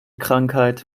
krankheit